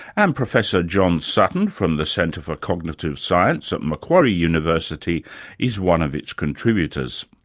and professor john sutton, from the centre for cognitive science at macquarie university is one of its contributors.